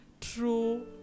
true